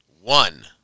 One